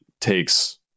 takes